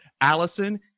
Allison